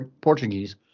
portuguese